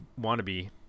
wannabe